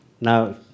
Now